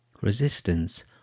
Resistance